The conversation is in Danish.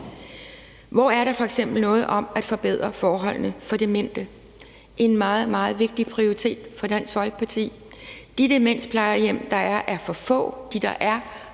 Hvor er der f.eks. noget om at forbedre forholdene for demente? Det er en meget, meget vigtig prioritet for Dansk Folkeparti. De demensplejehjem, der er, er for få, og de har